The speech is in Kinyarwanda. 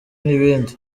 n’ibindi